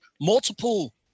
multiple